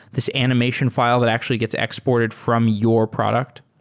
this animation file that actually gets exported from your product?